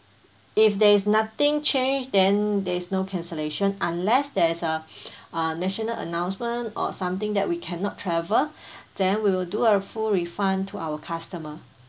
if there is nothing changed then there is no cancellation unless there's a uh national announcement or something that we cannot travel then we will do a full refund to our customer